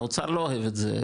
האוצר לא אוהב את זה,